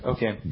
Okay